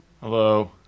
Hello